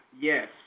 Yes